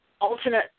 alternate